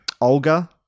Olga